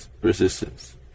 resistance